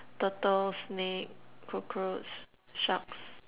turtle snake cockroach sharks